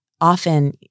often